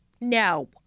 No